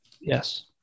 Yes